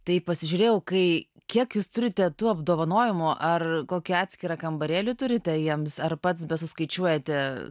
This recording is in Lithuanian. tai pasižiūrėjau kai kiek jūs turite tų apdovanojimų ar kokį atskirą kambarėlį turite jiems ar pats be suskaičiuojate